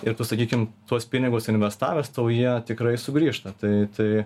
ir tu sakykim tuos pinigus investavęs tau jie tikrai sugrįžta tai tai